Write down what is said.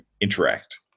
interact